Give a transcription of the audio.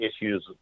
issues